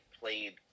played